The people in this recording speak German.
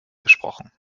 gesprochen